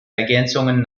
ergänzungen